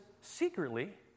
secretly